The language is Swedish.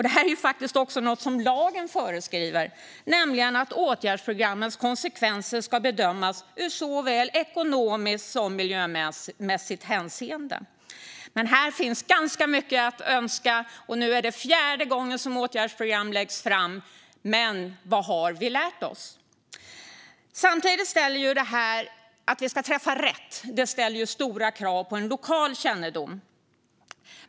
Det är faktiskt också något som lagen föreskriver, nämligen att åtgärdsprogrammens konsekvenser ska bedömas ur såväl ekonomiskt som miljömässigt hänseende. Här finns ganska mycket att önska, och nu är det fjärde gången som åtgärdsprogram läggs fram. Men vad har vi lärt oss? Om vi ska träffa rätt ställer det stora krav på lokal kännedom.